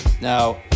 now